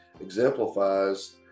exemplifies